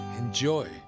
Enjoy